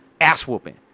ass-whooping